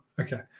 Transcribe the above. Okay